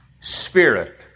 spirit